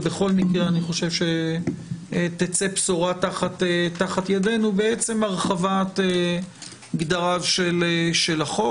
ובכל מקרה אני חושב שתצא בשורה תחת ידינו בעצם הרחבת גדריו של החוק.